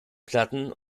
platten